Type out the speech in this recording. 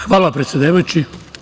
Hvala predsedavajući.